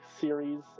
series